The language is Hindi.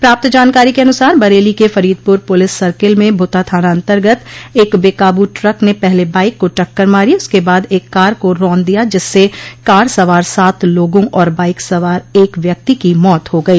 प्राप्त जानकारी के अनुसार बरेली के फरीदपुर पुलिस सर्किल में भुता थानान्तर्गत एक बेकाबू ट्रक ने पहले बाइक को टक्कर मारी उसके बाद एक कार को रौंद दिया जिससे कार सवार सात लोगों और बाइक सवार एक व्यक्ति की मौत हो गई